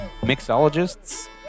mixologists